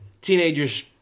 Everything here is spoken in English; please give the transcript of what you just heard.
Teenagers